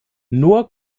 nur